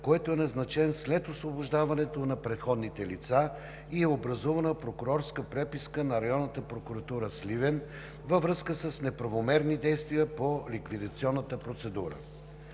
който е назначен след освобождаването на предходните лица, и е образувана прокурорска преписка на Районната прокуратура в Сливен във връзка с неправомерни действия по ликвидационната процедура.